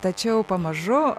tačiau pamažu